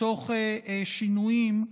תוך שינויים,